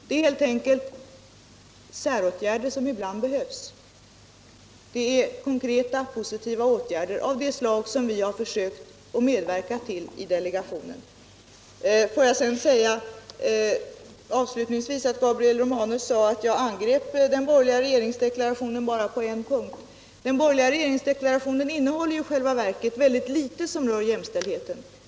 Det är helt enkelt säråtgärder som ibland behövs. Det är konkreta positiva åtgärder av det slaget som vi har försökt att medverka till i delegationen. Gabriel Romanus sade att jag angrep den borgerliga regeringsdeklarationen bara på en punkt. Låt mig säga avslutningsvis att den borgerliga regeringsdeklarationen i själva verket innehåller väldigt litet som rör jämställdheten.